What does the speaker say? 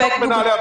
מתוך מנהלי הבנקים.